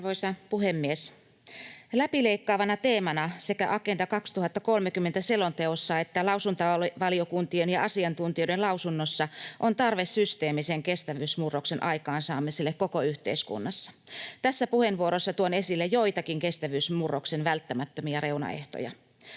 Arvoisa puhemies! Läpileikkaavana teemana sekä Agenda 2030 ‑selonteossa että lausuntovaliokuntien ja asiantuntijoiden lausunnoissa on tarve systeemisen kestävyysmurroksen aikaansaamiselle koko yhteiskunnassa. Tässä puheenvuorossa tuon esille joitakin kestävyysmurroksen välttämättömiä reunaehtoja.